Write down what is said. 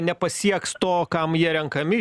nepasieks to kam jie renkami